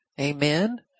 amen